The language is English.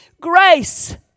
grace